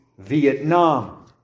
vietnam